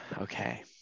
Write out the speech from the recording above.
okay